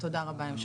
תודה רבה.